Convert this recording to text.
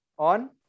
On